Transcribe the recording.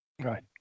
right